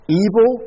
evil